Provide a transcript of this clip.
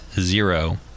zero